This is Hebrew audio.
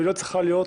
והיא לא צריכה להיות